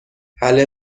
حله